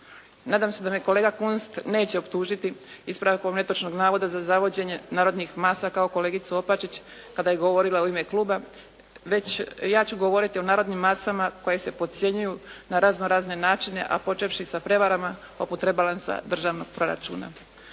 Nadam se da me kolega Kunst neće optužiti ispravkom netočnog navoda za zavođenje narodnih masa kao kolegicu Opačić kada je govorila u ime kluba, već ja ću govoriti o narodnim masama koje se podcjenjuju na razno razne načine, a počevši sa prevarama poput rebalansa državnog proračuna.